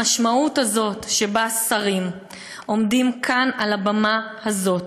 המשמעות של זה ששרים עומדים כאן, על הבמה הזאת,